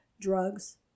drugs